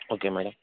okay madam